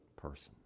person